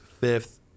fifth